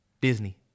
Disney